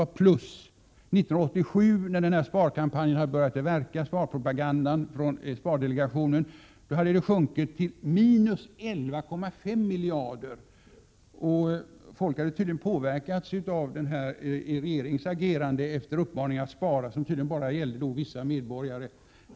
År 1987, när propagandan från spardelegationen hade gjort sin verkan, hade det finansiella sparandet sjunkit till minus 11,5 miljarder kronor. Folk hade tydligen påverkats av regeringens uppmaning att spara. Men sparandet gällde tydligen bara vissa medborgare.